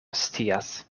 scias